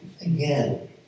again